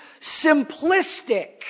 simplistic